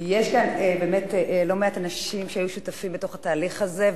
יש כאן באמת לא מעט אנשים שהיו שותפים בתהליך הזה,